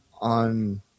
on